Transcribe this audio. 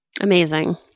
Amazing